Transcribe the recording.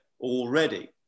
already